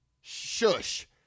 shush